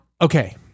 okay